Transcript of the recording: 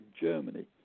Germany